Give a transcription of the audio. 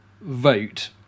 vote